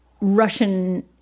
Russian